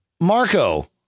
Marco